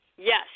Yes